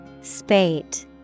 Spate